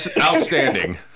Outstanding